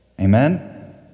Amen